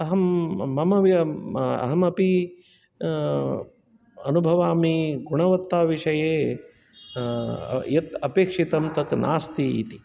अहं मम वि अहमपि अनुभवामि गुणवत्ता विषये यत् अपेक्षितं तत् नास्ति इति